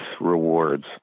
rewards